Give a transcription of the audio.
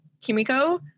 Kimiko